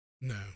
No